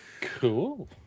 cool